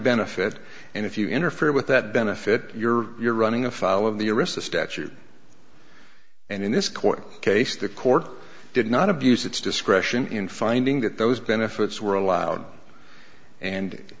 benefit and if you interfere with that benefit you're you're running afoul of the arista statute and in this court case the court did not abuse its discretion in finding that those benefits were allowed and